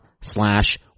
slash